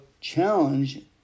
challenge